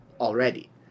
already